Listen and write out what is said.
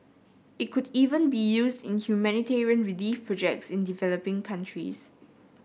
it could even be used in humanitarian relief projects in developing countries